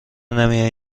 نمیایی